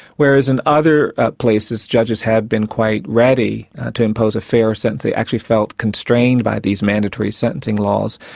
whereas in other places judges have been quite ready to impose a fairer sentence they actually felt constrained by these mandatory sentencing laws.